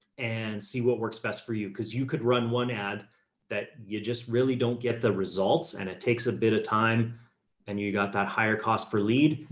and see what works best for you. cause you could run one ad that you just really don't get the results and it takes a bit of time and you've got that higher cost per lead.